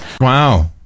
Wow